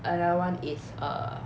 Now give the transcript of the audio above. another one is err